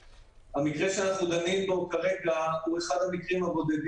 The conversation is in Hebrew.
המקרה שאנחנו דנים בו כרגע הוא אחד המקרים שהמדינה עושה יד אחת